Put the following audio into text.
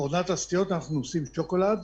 "אורנת תעשיות", אנחנו עושים שוקולד.